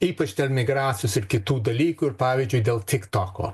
ypač dėl migracijos ir kitų dalykų ir pavyzdžiui dėl tiktoko